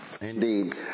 Indeed